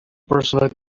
personal